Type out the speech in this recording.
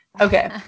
Okay